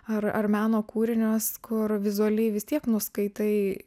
ar ar meno kūrinius kur vizualiai vis tiek nuskaitai